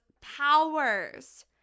powers